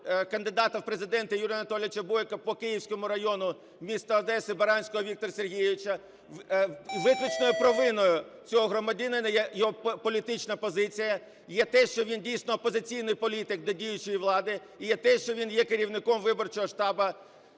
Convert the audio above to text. кандидата в Президенти Юрія Анатолійовича Бойка по Київському району міста Одеси Баранського Віктора Сергійовича. Виключною провиною цього громадянина є його політична позиція, є те, що він, дійсно, опозиційний політик до діючої влади, і є те, що він є керівником виборчого штабу